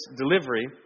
delivery